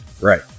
Right